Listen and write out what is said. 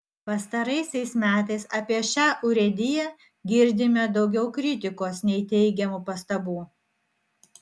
pastaraisiais metais apie šią urėdiją girdime daugiau kritikos nei teigiamų pastabų